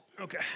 Okay